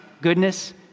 goodness